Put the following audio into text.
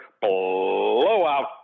blowout